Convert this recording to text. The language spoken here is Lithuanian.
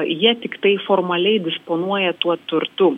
jie tiktai formaliai disponuoja tuo turtu